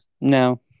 No